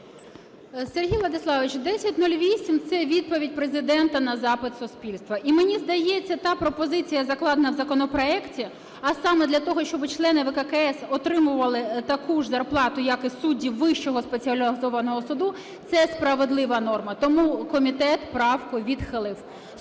Сергію Владиславовичу, 1008 – це відповідь Президента на запит суспільства. І мені здається, та пропозиція, закладена в законопроекті, саме для того, щоб члени ВККС отримували таку ж зарплату, як і судді Вищого спеціалізованого суду, це справедлива норма. Тому комітет правку відхилив.